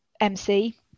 MC